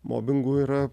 mobingu yra